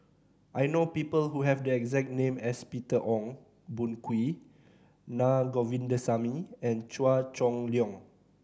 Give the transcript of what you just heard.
I know people who have the exact name as Peter Ong Boon Kwee Na Govindasamy and Chua Chong Long